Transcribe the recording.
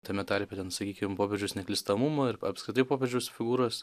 tame tarpe ten sakykim popiežiaus neklystamumo ir apskritai popiežiaus figūros